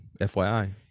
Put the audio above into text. FYI